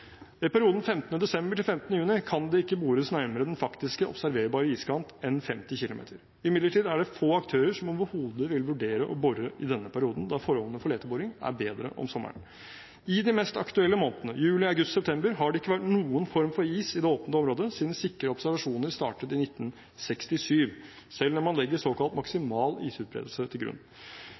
I perioden 15. desember til 15. juni kan det ikke bores nærmere den faktiske observerbare iskant enn 50 km. Imidlertid er det få aktører som overhodet vil vurdere å bore i denne perioden, da forholdene for leteboring er bedre om sommeren. I de mest aktuelle månedene – juli/august/september – har det ikke vært noen form for is i det åpne området siden sikre observasjoner startet i 1967, selv om man legger såkalt maksimal isutbredelse til grunn.